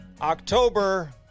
October